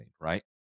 right